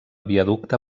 viaducte